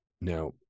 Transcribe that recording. Now